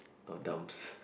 of dumps